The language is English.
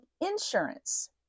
insurance